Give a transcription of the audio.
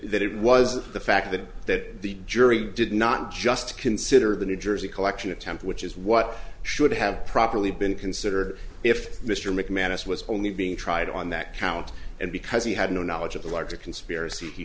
that it wasn't the fact that that the jury did not just consider the new jersey collection attempt which is what should have properly been considered if mr mcmanus was only being tried on that count and because he had no knowledge of the larger conspiracy he